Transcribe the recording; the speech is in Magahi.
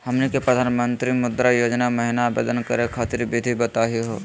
हमनी के प्रधानमंत्री मुद्रा योजना महिना आवेदन करे खातीर विधि बताही हो?